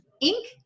ink